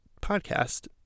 podcast